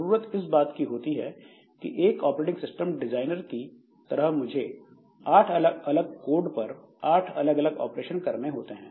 जरूरत इस बात की होती है की एक ऑपरेटिंग सिस्टम डिजाइनर की तरह मुझे आठ अलग अलग कोड पर आठ अलग अलग ऑपरेशन करने होते हैं